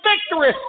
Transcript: Victory